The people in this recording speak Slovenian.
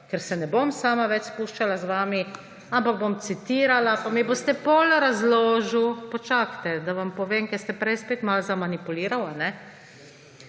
ker se ne bom sama več spuščala z vami, ampak bom citirala; pa mi boste potem razložili. Počakajte, da vam povem, ker ste prej spet malo zmanipulirali.